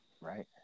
Right